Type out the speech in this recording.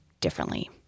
differently